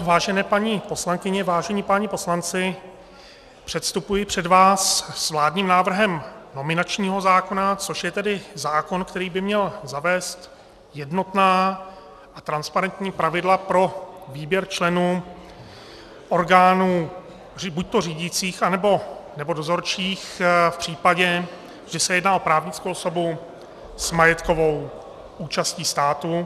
Vážené paní poslankyně, vážení páni poslanci, předstupuji před vás s vládním návrhem nominačního zákona, což je tedy zákon, který by měl zavést jednotná a transparentní pravidla pro výběr členů orgánů buď řídících, nebo dozorčích v případě, že se jedná o právnickou osobu s majetkovou účastí státu...